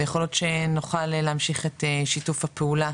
ויכול להיות שנוכל להמשיך את שיתוף הפעולה